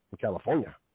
California